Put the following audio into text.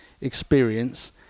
experience